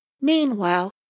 Meanwhile